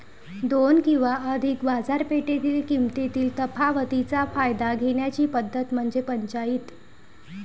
दोन किंवा अधिक बाजारपेठेतील किमतीतील तफावतीचा फायदा घेण्याची पद्धत म्हणजे पंचाईत